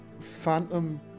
phantom